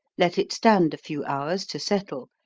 let it stand a few hours to settle,